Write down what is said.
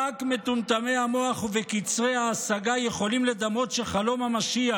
"רק מטומטמי המוח וקצרי ההשגה יכולים לדמות שחלום המשיח